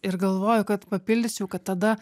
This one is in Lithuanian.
ir galvoju kad papildyčiau kad tada